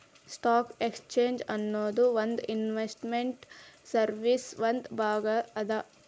stock exchange ಅನ್ನೊದು ಒಂದ್ investment ಸರ್ವೇಸಿನ್ ಒಂದ್ ಭಾಗ ಅದ